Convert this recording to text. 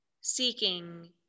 seeking